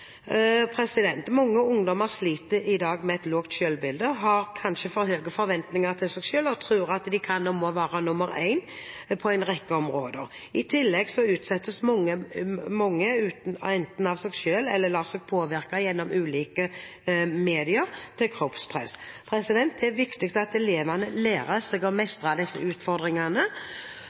Mange ungdommer sliter i dag med at lavt selvbilde, har kanskje for høye forventninger til seg selv og tror at de kan og må være nummer én på en rekke områder. I tillegg utsettes mange for kroppspress enten av seg selv eller lar seg påvirke gjennom ulike medier. Det er viktig at elevene lærer seg å mestre disse utfordringene,